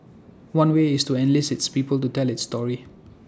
one way is to enlist its people to tell its story